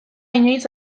inoiz